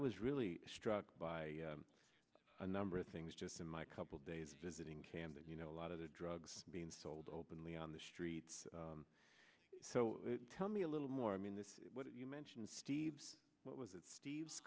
was really struck by a number of things just in my couple days visiting camden you know a lot of the drugs being sold openly on the streets so tell me a little more i mean this is what you mentioned steve what was it steve